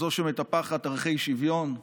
כזאת שמטפחת ערכי שוויון,